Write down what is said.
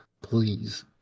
please